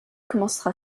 commencera